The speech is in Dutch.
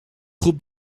groep